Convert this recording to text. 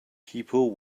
people